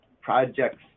projects